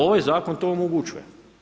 Ovaj zakon to omogućuje.